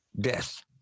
death